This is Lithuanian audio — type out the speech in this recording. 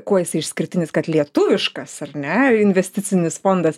kuo jisai išskirtinis kad lietuviškas ar ne investicinis fondas